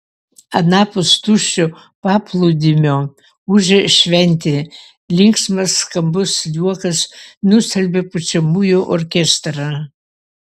anapus tuščio paplūdimio ūžė šventė linksmas skambus juokas nustelbė pučiamųjų orkestrą